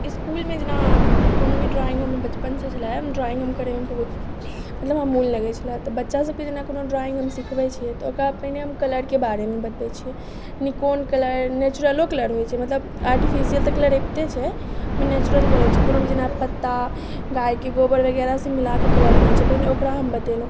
इस्कुलमे जेना कोनो भी ड्रॉइंग हम बचपनसँ छलए ड्रॉइंग हम करैमे बहुत मतलब हमरा मोन लगैत छलए हे तऽ बच्चा सभके जेना कोनो ड्रॉइंग हम सिखबैत छियै तऽ ओकरा पहिने हम कलरके बारेमे बतबैत छियै जे कोन कलर नेचुरलो कलर होइत छै मतलब आर्टिफिशियल तऽ कलर अबिते छै मने नेचुरल कलर भी छै कोनो भी जेना पत्ता गायके गोबर वगैरहसँ मिलाके कलर बनैत छै पहिने ओकरा हम बतेलहुँ